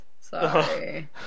Sorry